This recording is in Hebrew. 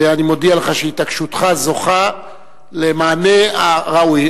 ואני מודיע לך שהתעקשותך זוכה למענה הראוי.